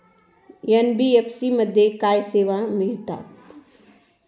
NBFC मध्ये काय सेवा मिळतात?